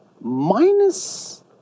Minus